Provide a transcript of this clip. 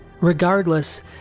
Regardless